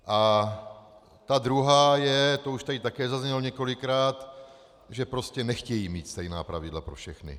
A ta druhá je to už tady také zaznělo několikrát, že prostě nechtějí mít stejná pravidla pro všechny.